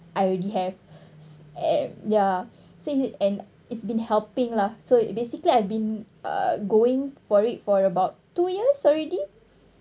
I already have at ya so it and it's been helping lah so basically I have been uh going for it for about two years already